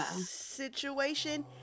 situation